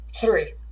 three